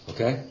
¿Okay